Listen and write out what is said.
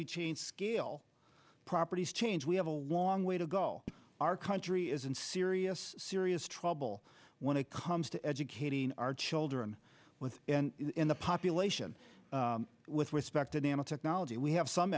you change scale properties change we have a long way to go our country is in serious serious trouble when it comes to educating our children with the population with respect nanotechnology we have some